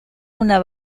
una